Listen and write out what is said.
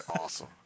Awesome